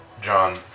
John